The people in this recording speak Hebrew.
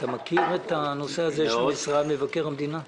אתה מכיר את הנושא הזה של משרד מבקר המדינה?